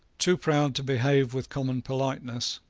too proud to behave with common politeness,